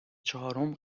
چهارم